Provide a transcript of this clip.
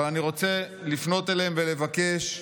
אבל אני רוצה לפנות אליהם ולבקש: